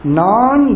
non